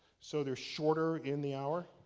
so they're shorter in the hour,